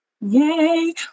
Yay